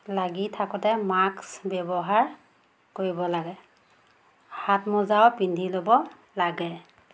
লাগি থাকোঁতে মাক্স ব্যৱহাৰ কৰিব লাগে হাত মজাও পিন্ধি ল'ব লাগে